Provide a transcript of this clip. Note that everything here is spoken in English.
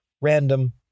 Random